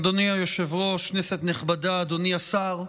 אדוני היושב-ראש, כנסת נכבדה, אדוני השר,